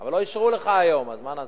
אבל לא אישרו לך היום, אז מה נעשה?